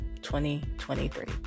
2023